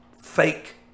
fake